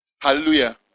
Hallelujah